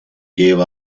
gave